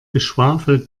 geschwafel